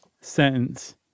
sentence